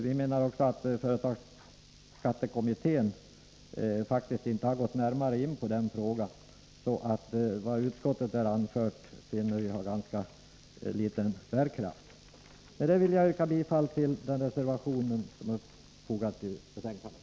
Vi vill också framhålla att företagsskattekommittén faktiskt inte har gått närmare in på den frågan, så vad utskottet här anför finner vi har ganska liten bärkraft. Med detta vill jag yrka bifall till den reservation som är fogad till betänkandet.